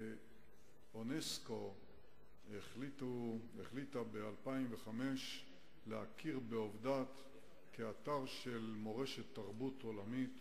אונסק"ו החליטה ב-2005 להכיר בעבדת כאתר של מורשת תרבות עולמית,